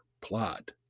plot